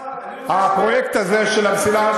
הפרויקט הזה של המסילה,